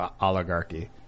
oligarchy